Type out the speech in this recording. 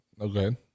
Okay